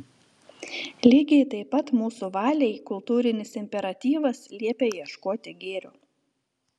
lygiai taip pat mūsų valiai kultūrinis imperatyvas liepia ieškoti gėrio